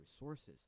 resources